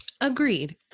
Agreed